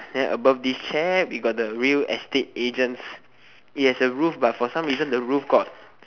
then above this chair we got the real estate agent it has a roof but somehow the roof got